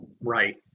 right